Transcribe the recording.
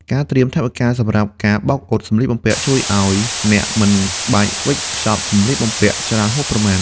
ការត្រៀមថវិកាសម្រាប់ការបោកអ៊ុតសម្លៀកបំពាក់ ជួយឱ្យអ្នកមិនបាច់វេចខ្ចប់សម្លៀកបំពាក់ច្រើនហួសប្រមាណ។